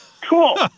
Cool